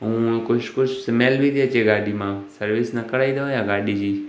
ऐं कुझु कुझु स्मैल बि थी अचे गाॾी मां सर्विस न कराई अथव छा गाॾी जी